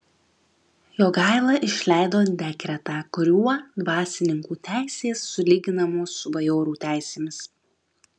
jogaila išleido dekretą kuriuo dvasininkų teisės sulyginamos su bajorų teisėmis